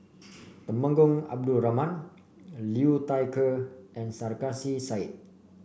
Temenggong Abdul Rahman Liu Thai Ker and Sarkasi Said